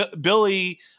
billy